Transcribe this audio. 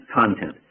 content